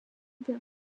wir